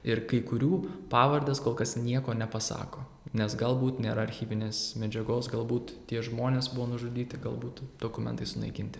ir kai kurių pavardės kol kas nieko nepasako nes galbūt nėra archyvinės medžiagos galbūt tie žmonės buvo nužudyti galbūt dokumentai sunaikinti